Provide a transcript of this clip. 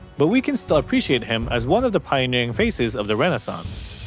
but we can still appreciate him as one of the pioneering faces of the renaissance.